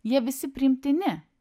jie visi priimtini